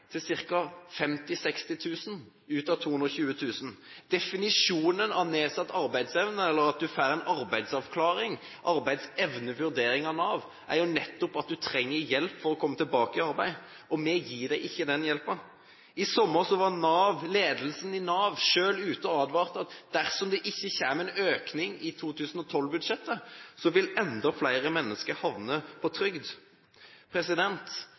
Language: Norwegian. til ca. 50 000–60 000 av 220 000. Definisjonen av «nedsatt arbeidsevne» – eller at du får en arbeidsavklaring, en arbeidsevnevurdering av Nav – er jo nettopp at du trenger hjelp for å komme tilbake i arbeid, og vi gir dem ikke den hjelpen. I sommer var ledelsen i Nav selv ute og advarte mot at hvis det ikke kommer en økning i 2012-budsjettet, vil enda flere mennesker havne på trygd.